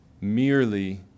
merely